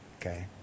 Okay